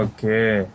Okay